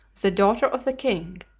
the daughter of the king,